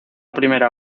primera